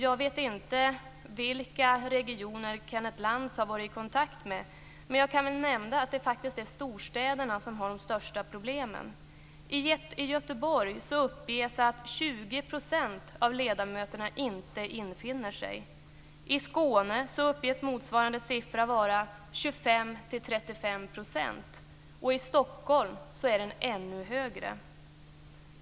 Jag vet inte vilka regioner Kenneth Lantz har varit i kontakt med. Men jag kan väl nämna att det faktiskt är storstäderna som har de största problemen. I Göteborg uppges att 20 % av ledamöterna inte infinner sig. I Skåne uppges motsvarande siffra vara 25-35 %, och i Stockholm är den ännu högre.